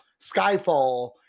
skyfall